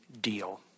deal